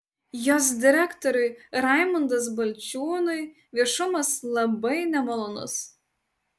jos direktoriui raimundas balčiūnui viešumas labai nemalonus